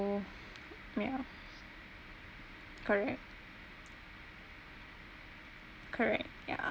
ya correct correct ya